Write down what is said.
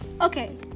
Okay